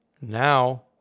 now